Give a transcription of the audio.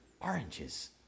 oranges